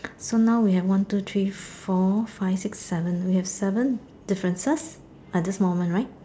so now we have one two three four five six seven we have seven differences at this moment right